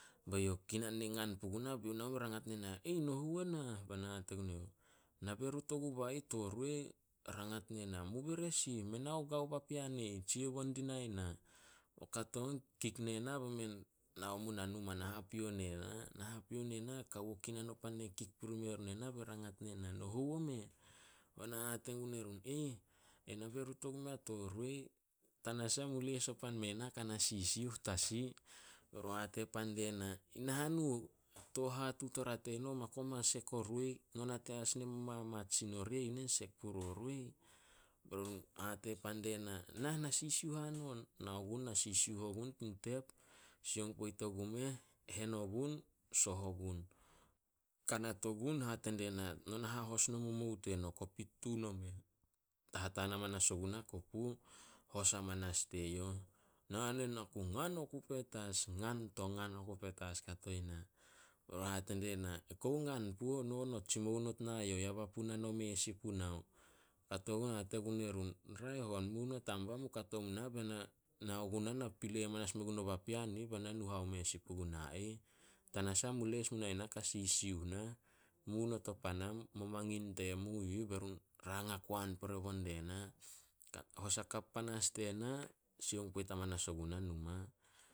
Ba youh kinan ne ngan puguna be youh nao meh be rangat ne na, "No hou onah?" Ba na hate gun eyouh, "Na be rut oguba ih to roi." Rangat ne na, "Mu bere sih?" "Men ao gao papean e ih, tsia bo di nae na." Kato on kik ne na be men nao muna numa na hapio ne na. Na hapio ne na, kawo kinan o pan ne kik puri me run ena, be rangat ne na. "No hou omeh?" Ba na hate gun erun, "Ena be rut ogumea to roi. Tanasah mu les o pan me na ka na sisiuh tasi." "Ma koma sek ato roi. No nate as ne mamat sin orieh. "Nao gun na sisiuh ogun tin tep, sioung poit ogumeh, hen ogun, soh ogun." Kanat ogun hate die na, "No na hahos no momou teno kopit tun omeh." Tataan amanas ogunah kopu, hos amanas die youh. Na nen, na ku ngan oku petas. Ngan to ngan oku petas kato i na. Be run hate die na, "Kou ngan puo no not tsimou not nae youh yana papu nome sin punao." Kato gun hate gun erun, "Raeh on, mu not am bah kato mu nah be na nao gunah na pilei hamanas men gunao papean be na nu haome sin puguna ih. Tanasah mu les munae na ka sisiuh nah. Mu not o pan am, mo mangin temu yu ih." Be run rang hakoan pore bo die na. Hos hakap panas die na sioung poit amanas oguna numa.